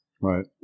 right